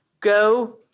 Go